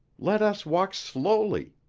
let us walk slowly.